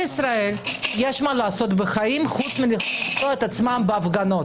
ישראל יש מה לעשות בחיים חוץ מלהיות בהפגנות.